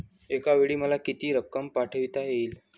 एकावेळी मला किती रक्कम पाठविता येईल?